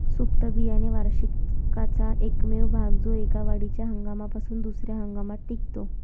सुप्त बियाणे वार्षिकाचा एकमेव भाग जो एका वाढीच्या हंगामापासून दुसर्या हंगामात टिकतो